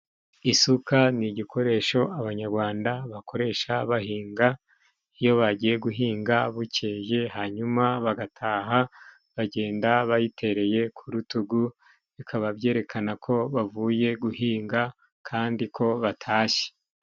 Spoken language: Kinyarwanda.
Isuka ni igikoresho abanyarwanda bakoresha bahinga, iyo bagiye guhinga bukeye hanyuma bagataha, bagenda bayitereye ku rutugu, bikaba byerekana ko bavuye guhinga kandi ko batashye.